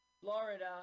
Florida